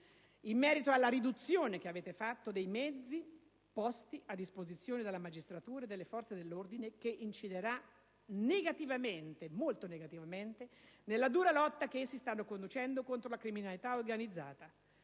in merito alla riduzione che avete fatto dei mezzi posti a disposizione della magistratura e delle forze dell'ordine. Essa inciderà negativamente - molto negativamente - nella dura lotta che stanno conducendo contro la criminalità organizzata,